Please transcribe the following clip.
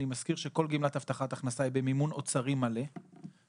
אני מזכיר שכל גימלת הבטחת הכנסה היא במימון אוצרי מלא ולכן